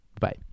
Bye